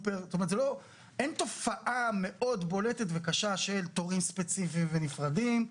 אין תופעה מאוד בולטת וקשה של תורים ספציפיים ונפרדים.